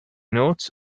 notes